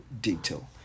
detail